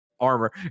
armor